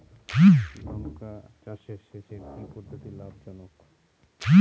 লঙ্কা চাষে সেচের কি পদ্ধতি লাভ জনক?